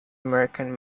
american